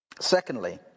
Secondly